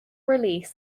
release